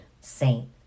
saint